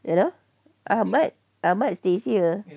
you know ahmad ahmad stays here